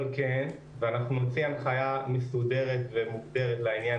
אבל כן, ונוציא הנחייה מסודרת בנושא הזה.